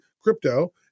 crypto